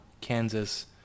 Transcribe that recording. Kansas